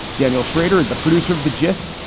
daniel schrader is the producer of the gist.